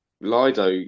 Lido